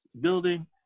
building